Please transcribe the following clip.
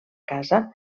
casa